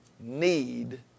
need